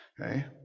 okay